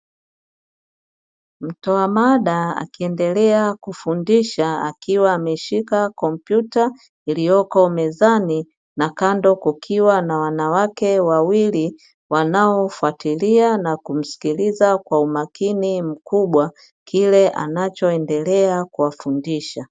Mtoa mada akiendelea kufundisha akiwa ameshika kompyuta iliyoko mezani na kando kukiwa na wanawake wawili wanaofuatilia na kumsikiliza kwa umakini mkubwa kile anachoendelea kuwafundisha.